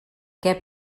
què